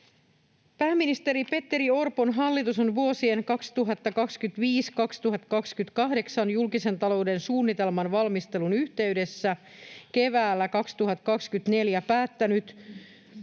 ”Pääministeri Petteri Orpon hallitus on vuosien 2025—2028 julkisen talouden suunnitelman valmistelun yhteydessä keväällä 2024 päättänyt yhtenä